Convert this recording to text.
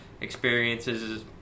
experiences